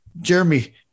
Jeremy